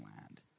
land